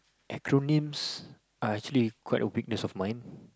acronyms are actually quite a weakness of mine